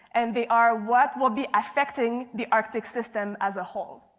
and they are what will be affecting the arctic system as a whole.